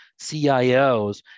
CIOs